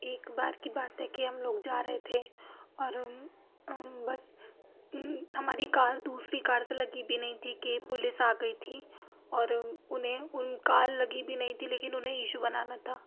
ایک بار کی بات ہے کہ ہم لوگ جا رہے تھے اور بس ہماری کار دوسری کار سے لگی بھی نہیں تھی کہ پولیس آ گئی تھی اور انہیں ان کار لگی بھی نہیں تھی لیکن انہیں ایشو بنانا تھا